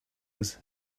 was